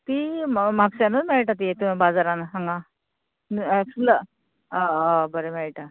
ती म्हापश्यानूच मेळटा ती बाजारान हांगा फुलां अ अ बरें मेळटा